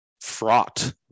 fraught